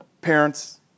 parents